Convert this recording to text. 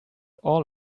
all